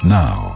now